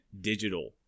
digital